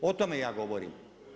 O tome ja govorim.